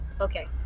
okay